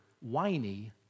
whiny